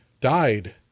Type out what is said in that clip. died